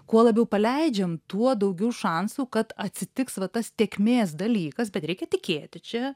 kuo labiau paleidžiam tuo daugiau šansų kad atsitiks va tas tėkmės dalykas bet reikia tikėti čia